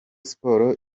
sports